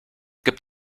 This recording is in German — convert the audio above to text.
gibt